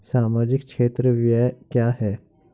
सामाजिक क्षेत्र व्यय क्या है?